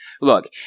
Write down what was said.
Look